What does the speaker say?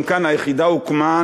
גם כאן היחידה הוקמה,